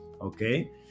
Okay